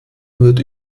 wird